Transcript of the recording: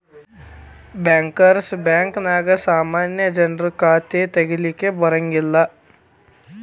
bankers ಬ್ಯಾಂಕ ನ್ಯಾಗ ಸಾಮಾನ್ಯ ಜನ್ರು ಖಾತಾ ತಗಿಲಿಕ್ಕೆ ಬರಂಗಿಲ್ಲಾ